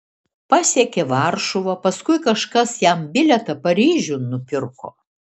pasiekė varšuvą paskui kažkas jam bilietą paryžiun nupirko